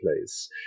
place